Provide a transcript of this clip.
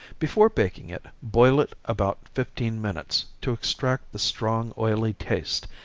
before baking it, boil it about fifteen minutes, to extract the strong oily taste,